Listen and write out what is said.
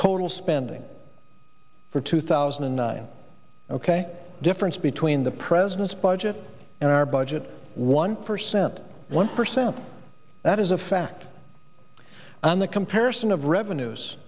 total spending for two thousand and nine ok difference between the president's budget and our budget one percent one percent that is a fact on the comparison of revenues